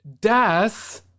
death